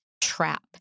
trap